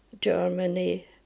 Germany